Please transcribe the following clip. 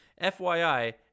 FYI